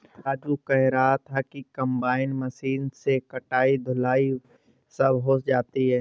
राजू कह रहा था कि कंबाइन मशीन से कटाई धुलाई सब हो जाती है